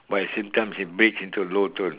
but at the same time it breaks into a low tone